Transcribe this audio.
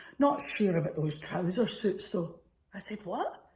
not sure about those trouser suits though i said, what?